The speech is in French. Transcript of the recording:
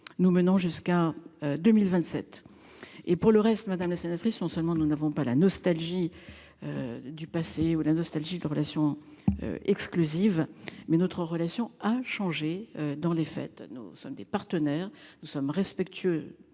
Nous menons jusqu'à 2027 et pour le reste, madame la sénatrice, non seulement nous n'avons pas la nostalgie. Du passé où la nostalgie de relation. Exclusive mais notre relation a changé dans les fêtes nos sont des partenaires nous sommes respectueux